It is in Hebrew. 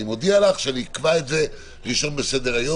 ואני מודיע לך שאני אקבע את זה ראשון בסדר-היום,